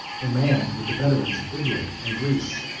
and manned with the veterans of italy and greece,